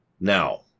Now